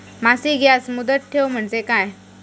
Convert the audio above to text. मासिक याज मुदत ठेव म्हणजे काय?